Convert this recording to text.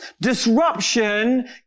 Disruption